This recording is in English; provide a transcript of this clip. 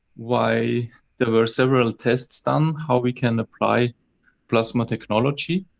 why there were several tests done how we can apply plasma technology.